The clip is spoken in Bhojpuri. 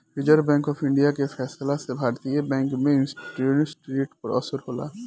रिजर्व बैंक ऑफ इंडिया के फैसला से भारतीय बैंक में इंटरेस्ट रेट पर असर होला